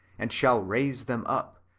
and shall raise them up,